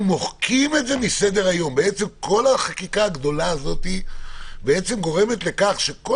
כל החקיקה הגדולה הזאת בעצם גורמת לכך שכל